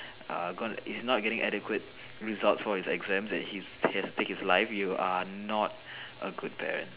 err gonna it's not getting adequate results for his exams that his he has to take his life you are not a good parent